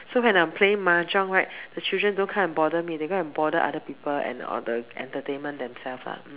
so when I'm playing mahjong right the children don't come and bother me they go and bother other people and or the entertainment themselves lah mm